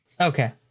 Okay